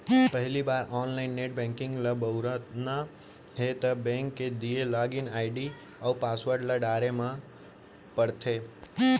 पहिली बार online net banking ल बउरना हे त बेंक के दिये लॉगिन आईडी अउ पासवर्ड ल डारे ल परथे